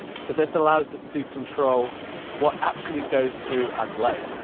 so this allows us to control what actually goes through our delay.